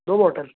do bottle